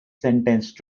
sentenced